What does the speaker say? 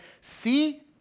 see